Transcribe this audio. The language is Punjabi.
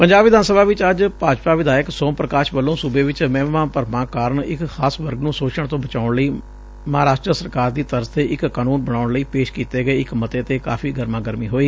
ਪੰਜਾਬ ਵਿਧਾਨ ਸਭਾ ਵਿਚ ਅੱਜ ਭਾਜਪਾ ਵਿਧਾਇਕ ਸੋਮਪੁਕਾਸ਼ ਵਲੋਂ ਸੁਬੇ ਵਿਚ ਵਹਿਮਾਂ ਭਰਮਾਂ ਕਾਰਨ ਇਕ ਖ਼ਾਸ ਵਰਗ ਨੂੰ ਸੋਸ਼ਣ ਤੋ ਬਚਾਊਣ ਲਈ ਮਹਾਰਾਸਟਰ ਸਰਕਾਰ ਦੀ ਤਰਜ਼ ਤੇ ਇਕ ਕਾਨੂੰਨ ਬਣਾਊਣ ਲਈ ਪੇਸ਼ ਕੀਤੇ ਗਏ ਇਕ ਮਤੇ ਤੇ ਕਾਫ਼ੀ ਗਰਮਾ ਗਰਮੀ ਹੋਈ